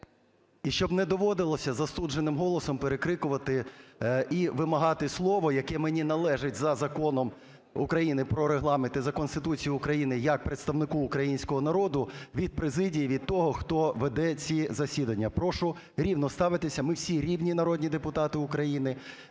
І щоб не доводилося застудженим голосом перекрикувати і вимагати слово, яке мені належить за Законом України про Регламент і за Конституцією України як представнику українського народу, від президії, від того, хто веде ці засідання. Прошу рівно ставитися. Ми всі рівні народні депутати України